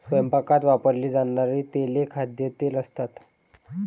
स्वयंपाकात वापरली जाणारी तेले खाद्यतेल असतात